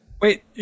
Wait